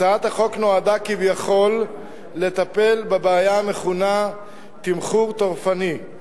הצעת החוק נועדה כביכול לטפל בבעיה המכונה "תמחור טורפני",